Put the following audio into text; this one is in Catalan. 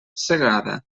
segada